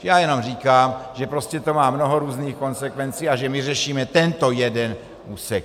Já jenom říkám, že prostě to má mnoho různých konsekvencí a že my řešíme tento jeden úsek.